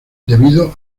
debido